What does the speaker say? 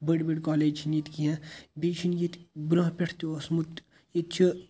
بٔڑۍ بٔڑۍ کالیج چھِنہٕ ییٚتہِ کیٚنٛہہ بیٚیہِ چھِنہٕ ییٚتہِ برٛونٛہہ پٮ۪ٹھ تہِ اوسمُت ییٚتہِ چھِ